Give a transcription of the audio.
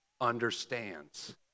understands